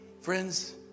Friends